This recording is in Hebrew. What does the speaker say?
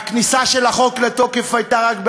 הכניסה של החוק לתוקף הייתה רק ב-2018,